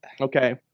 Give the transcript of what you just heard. Okay